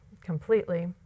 completely